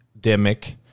demic